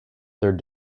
third